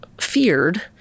feared